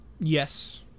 Yes